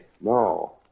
no